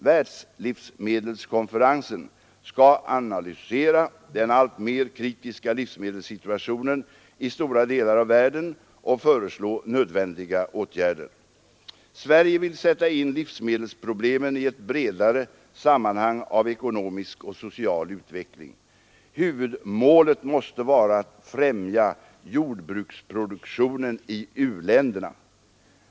Världslivsmedelskonferensen skall analysera den alltmer kritiska livsmedelssituationen i stora delar av världen och föreslå nödvändiga åtgärder. Sverige vill sätta in livsmedelsproblemen i ett bredare sammanhang av ekonomisk och social utveckling. Huvudmålet måste vara att främja jordbruksproduktionen i u-länderna.